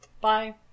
Bye